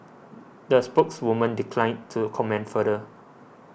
the spokeswoman declined to comment further